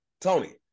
Tony